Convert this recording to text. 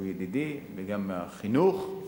שהוא ידידי, וגם מהחינוך.